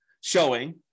showing